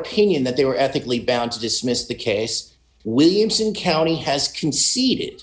opinion that they were ethically bound to dismiss the case williamson county has conceded